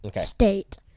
State